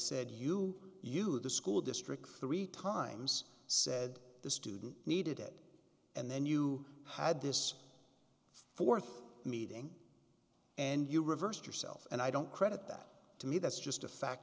said you used the school district three times said the student needed it and then you had this fourth meeting and you reversed yourself and i don't credit that to me that's just a fact